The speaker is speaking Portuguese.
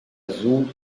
azul